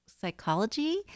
psychology